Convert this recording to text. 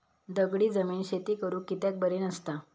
दगडी जमीन शेती करुक कित्याक बरी नसता?